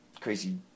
crazy